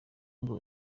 ngo